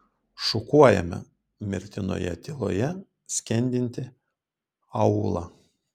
šukuojame mirtinoje tyloje skendintį aūlą